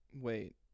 wait